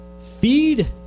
feed